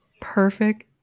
Perfect